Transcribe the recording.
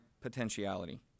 potentiality